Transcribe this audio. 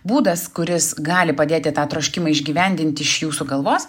būdas kuris gali padėti tą troškimą išgyvendinti iš jūsų galvos